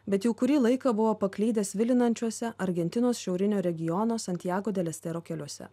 bet jau kurį laiką buvo paklydę svilinančiuose argentinos šiaurinio regiono santjago delestero keliuose